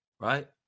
Right